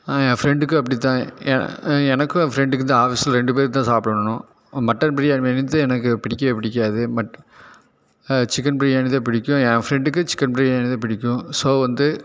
என் ஃப்ரெண்டுக்கும் அப்படிதான் எ எனக்கும் என் ஃப்ரெண்டுக்குந்தான் ஆஃபீஸில் ரெண்டு பேருக்குந்தான் சாப்பிடணும் மட்டன் பிரியாணி வந்து எனக்கு பிடிக்கவே பிடிக்காது மட் சிக்கன் பிரியாணி தான் பிடிக்கும் என் ஃப்ரெண்டுக்கும் சிக்கன் பிரியாணி தான் பிடிக்கும் ஸோ வந்து